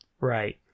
Right